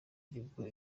nibwo